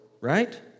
Right